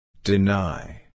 Deny